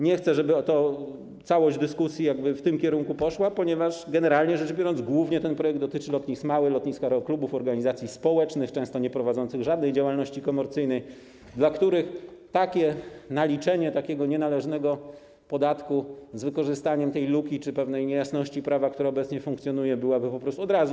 Nie chcę, żeby całość dyskusji poszła w tym kierunku, ponieważ, generalnie rzecz biorąc, ten projekt dotyczy głównie lotnisk małych, lotnisk aeroklubów, organizacji społecznych, często nieprowadzących żadnej działalności komercyjnej, dla których naliczenie takiego nienależnego podatku z wykorzystaniem tej luki czy pewnej niejasności prawa, która obecnie funkcjonuje, byłoby po prostu od razu.